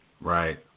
Right